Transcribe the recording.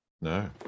no